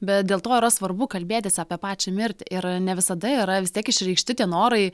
bet dėl to yra svarbu kalbėtis apie pačią mirtį ir ne visada yra vis tiek išreikšti tie norai